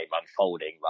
unfolding